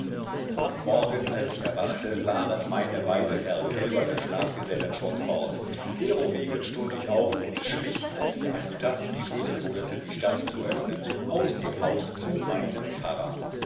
am morgen als ich erwachte waren meine beide verkälberte schlafgesellen schon fort derowegen stund ich auf und schlich als der adjutant die schlüssel holete die stadt zu öffnen aus dem haus zu meinem pfarrer